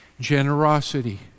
generosity